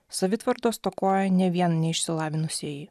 savitvardos stokoja ne vien neišsilavinusieji